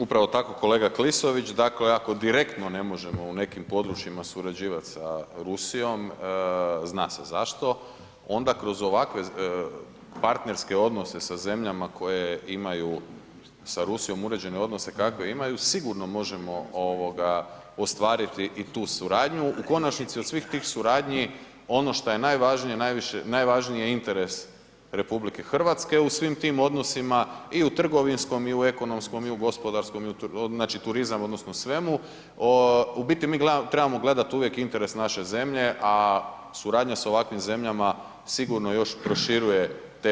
Upravo tako kolega Klisović, dakle ako direktno ne možemo u nekim područjima surađivat sa Rusijom, zna se zašto, onda kroz ovakve partnerske odnose sa zemljama koje imaju sa Rusijom uređene odnose kakve imaju, sigurno možemo ostvariti i tu suradnju, u konačnici od svih tih suradnji ono šta je najvažnije, najvažniji je interes RH u svim tim odnosima i u trgovinskom, i u ekonomskom, i u gospodarskom, znači turizam odnosno svemu, u biti mi trebamo gledat uvijek interes naše zemlje, a suradnja s ovakvim zemljama sigurno još proširuje te mogućnosti.